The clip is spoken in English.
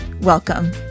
Welcome